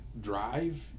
drive